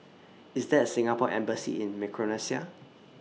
IS There A Singapore Embassy in Micronesia